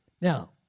Now